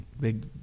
big